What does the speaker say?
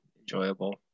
enjoyable